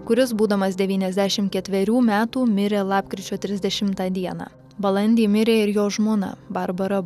kuris būdamas devyniasdešim ketverių metų mirė lapkričio trisdešimtą dieną balandį mirė ir jo žmona barbara